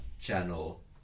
channel